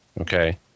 Okay